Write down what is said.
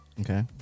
Okay